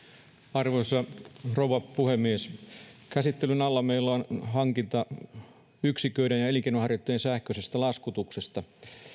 arvoisa rouva puhemies käsittelyn alla meillä on laki hankintayksiköiden ja elinkeinonharjoittajien sähköisestä laskutuksesta